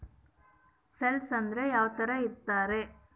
Place ಅಂದ್ರೆ ಯಾವ್ತರ ಇರ್ತಾರೆ?